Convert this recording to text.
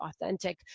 authentic